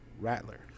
Rattler